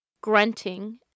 grunting